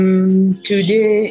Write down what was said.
today